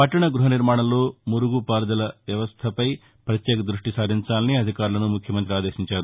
పట్టణ గృహ నిర్మాణంలో మురుగు పారుదల వ్యవస్టపై పత్యేక దృష్ణిపెట్టాలని అధికారులసు ముఖ్యమంతి ఆదేశించారు